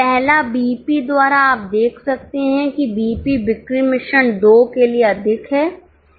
पहला बीईपी द्वारा आप देख सकते हैं कि बीईपी बिक्री मिश्रण 2 के लिए अधिक है